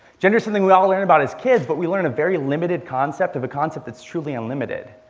gender is something we all learn about as kids, but we learn a very limited concept of a concept that's truly unlimited.